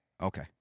okay